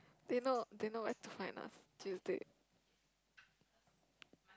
they know they know where to find us Tuesday